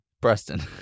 Preston